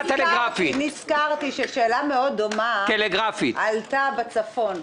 נזכרתי ששאלה דומה מאוד עלתה בצפון,